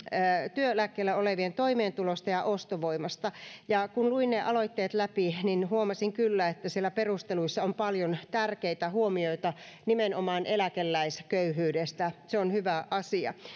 työeläkkeellä olevien toimeentulosta ja ostovoimasta ja kun luin aloitteet läpi huomasin kyllä että siellä perusteluissa on paljon tärkeitä huomioita nimenomaan eläkeläisköyhyydestä se on hyvä asia